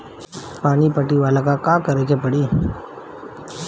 पानी पटावेला का करे के परी?